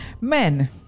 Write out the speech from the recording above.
Men